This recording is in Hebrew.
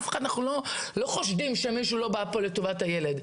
אנחנו לא חושדים שמישהו פה לא בא לטובת הילד.